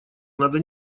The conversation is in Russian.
надо